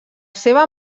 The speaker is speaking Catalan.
seva